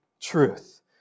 truth